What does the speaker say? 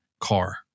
car